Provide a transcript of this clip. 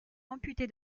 amputé